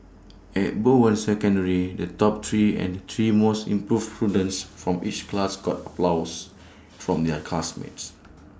at Bowen secondary the top three and three most improved students from each class got applause from their classmates